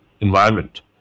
environment